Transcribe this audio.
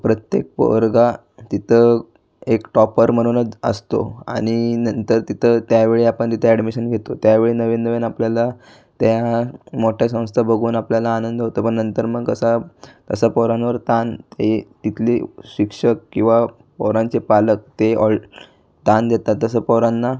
प्रत्येक पोरगा तिथं एक टॉपर म्हणूनच असतो आणि नंतर तिथं त्यावेळी आपण तिथं अॅडमिशन घेतो त्यावेळी नवीन नवीन आपल्याला त्या मोठ्या संस्था बघून आपल्याला आनंद होतो पण नंतर मग कसं ब् तसा पोरांवर ताण ये तिथली शिक्षक किवा पोरांचे पालक ते ऑल ताण देतात तसं पोरांना